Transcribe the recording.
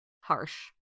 harsh